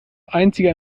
einzige